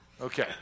Okay